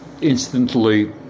instantly